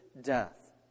death